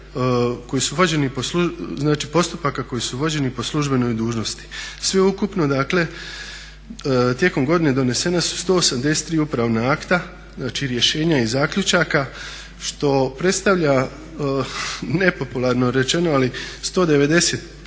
koji su vođeni po službenoj dužnosti. Sve ukupno dakle tijekom godine donesena su 183 upravna akta, znači rješenja i zaključaka što predstavlja nepopularno rečeno ali preko